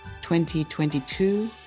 2022